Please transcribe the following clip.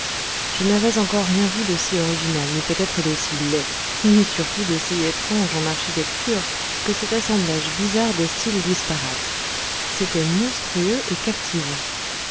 je n'avais encore rien vu d'aussi original ni peut-être d'aussi laid ni surtout d'aussi étrange en architecture que cet assemblage bizarre des styles disparates c'était monstrueux et captivant